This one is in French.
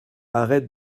arrête